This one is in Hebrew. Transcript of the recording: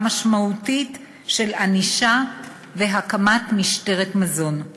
משמעותית של ענישה והקמת משטרת-מזון.